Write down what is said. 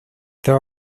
there